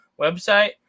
website